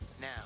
Now